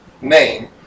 name